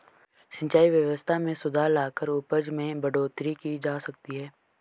सिंचाई व्यवस्था में सुधार लाकर उपज में बढ़ोतरी की जा सकती है